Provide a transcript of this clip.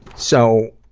so,